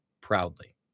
proudly